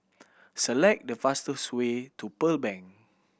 select the fastest way to Pearl Bank